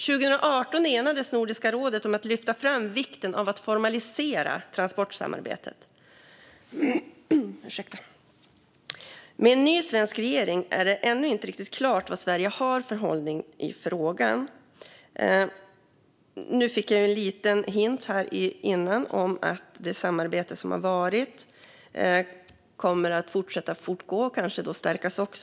År 2018 enades Nordiska rådet om att lyfta fram vikten av att formalisera transportsamarbetet. Med en ny svensk regering är det ännu inte riktigt klart vad Sverige har för hållning i frågan. Jag fick nu en liten hint om att det samarbete som har varit kommer att fortgå och kanske också stärkas.